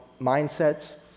mindsets